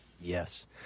Yes